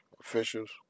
officials